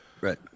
Right